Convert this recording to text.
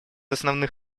основных